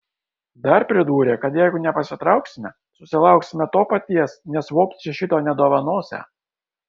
dar pridūrė kad jeigu nepasitrauksime susilauksime to paties nes vokiečiai šito nedovanosią